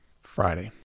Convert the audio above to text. Friday